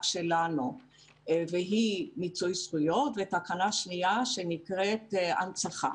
שלנו והיא תקנת מיצוי זכויות ותקנה שנייה שנקראת הנצחה.